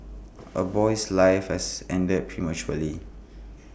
A boy's life has ended prematurely